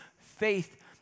faith